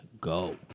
go